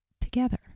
together